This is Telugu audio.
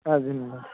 అదండి